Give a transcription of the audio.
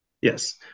yes